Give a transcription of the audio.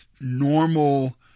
normal